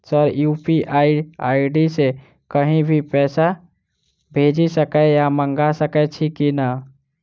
Sir UPI ID सँ कहि भी पैसा भेजि सकै या मंगा सकै छी की न ई?